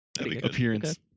appearance